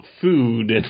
food